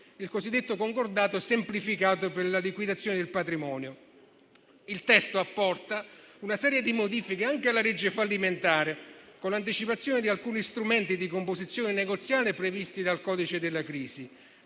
il cosiddetto concordato semplificato per la liquidazione del patrimonio. Il testo apporta una serie di modifiche anche alla legge fallimentare, con l'anticipazione di alcuni strumenti di composizione negoziale previsti dal codice della crisi.